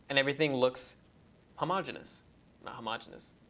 and everything looks homogeneous. not homogeneous,